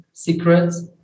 secrets